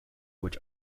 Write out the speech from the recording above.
which